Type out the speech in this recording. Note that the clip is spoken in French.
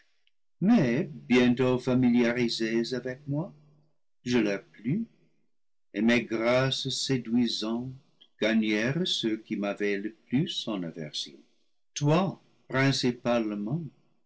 mais bientôt familiarisés avec moi je leur plus et mes grâces séduisantes gagnèrent ceux qui m'avaient le plus en aversion toi principalement